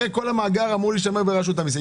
הרי כל המאגר אמור להישמר ברשות המיסים.